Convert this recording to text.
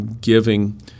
giving